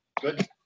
Good